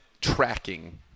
tracking